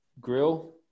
grill